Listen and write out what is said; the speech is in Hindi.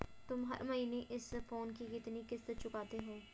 तुम हर महीने इस फोन की कितनी किश्त चुकाते हो?